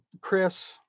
Chris